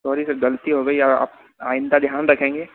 sorry sir गलती हो गई अब आइन्दा ध्यान रखेंगे